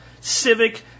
civic